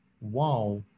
wow